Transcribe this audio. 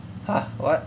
!huh! what